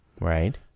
Right